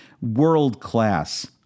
world-class